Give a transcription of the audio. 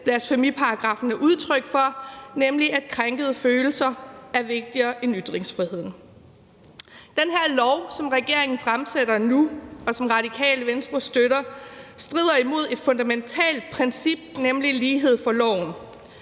blasfemiparagraffen er udtryk for, nemlig at krænkede følelser er vigtigere end ytringsfriheden. Det her lovforslag, som regeringen fremsætter nu, og som Radikale Venstre støtter, strider imod et fundamentalt princip, nemlig lighed for loven.